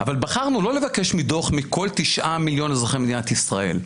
אבל בחרנו לא לבקש דו"ח מכל 9 מיליון אזרחי מדינת ישראל,